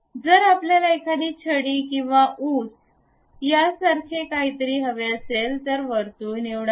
जर आपल्याला एखादी छडीकिंवा ऊस यासारखे काहीतरी हवे असेल तर वर्तुळ निवडावे